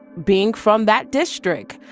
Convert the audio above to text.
being from that district,